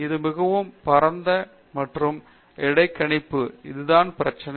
இது மிகவும் பரந்த மற்றும் இடைக்கணிப்பு ஆகும் அதுதான் பிரச்சனை